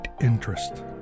interest